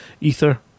ether